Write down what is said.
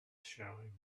showing